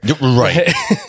Right